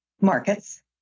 markets